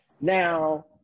Now